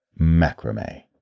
macrame